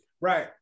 Right